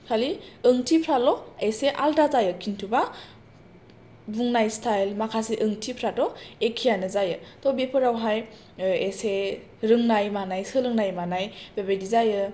खालि ओंथिफ्राल' एसे आलादा जायो खिनथुबा बुंनाय स्थायेल माखासे ओंथिफ्राथ' एखेआनो जायो थ' बेफोरावहाय एसे रोंनाय मानाय सोलोंनाय सोलोंनाय मानाय बेबायदि जायो